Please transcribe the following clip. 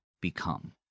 become